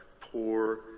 poor